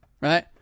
right